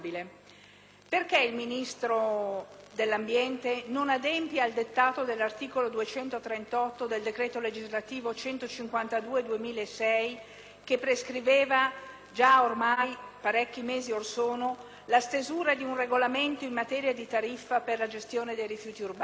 Perché il Ministro dell'ambiente non adempie al dettato dell'articolo 238 del decreto legislativo n. 152 del 2006, che prescriveva, già parecchi mesi or sono, la stesura di un regolamento in materia di tariffa per la gestione dei rifiuti urbani?